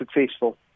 successful